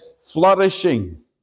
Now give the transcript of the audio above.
flourishing